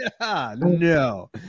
no